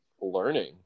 learning